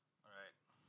all right